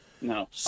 No